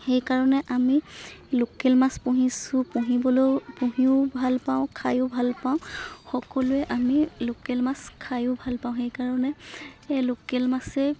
সেইকাৰণে আমি লোকেল মাছ পুহিছোঁ পুহিবলৈও পুহিও ভালপাওঁ খায়ো ভালপাওঁ সকলোৱে আমি লোকেল মাছ খায়ো ভালপাওঁ সেইকাৰণে এই লোকেল মাছেই